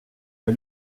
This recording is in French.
pas